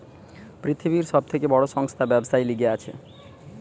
পৃথিবীর সব থেকে বড় সংস্থা ব্যবসার লিগে আছে